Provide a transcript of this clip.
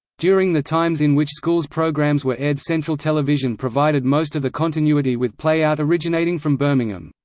during the times in which schools programmes were aired central television provided most of the continuity with play-out originating from birmingham.